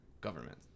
government